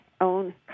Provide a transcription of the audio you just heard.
own